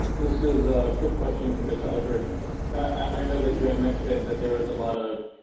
this is a quick question to miss eldridge i know that you had mentioned that there was a lot of